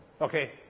Okay